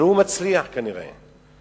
אבל הוא כנראה מצליח.